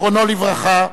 זיכרונו לברכה,